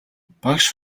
багш